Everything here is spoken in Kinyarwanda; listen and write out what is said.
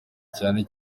cyane